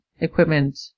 equipment